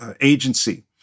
agency